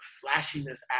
flashiness